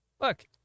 Look